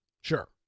sure